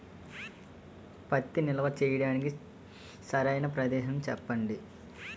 పత్తి నిల్వ చేయటానికి సరైన ప్రదేశం చెప్పండి?